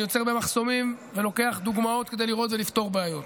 ואני עוצר במחסומים ולוקח דוגמאות כדי לראות ולפתור בעיות.